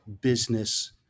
business